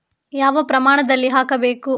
ಯಾವ ಪ್ರಮಾಣದಲ್ಲಿ ಹಾಕಬೇಕು?